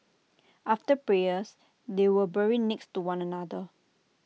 after prayers they were buried next to one another